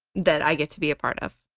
that i get to be a part of.